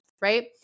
right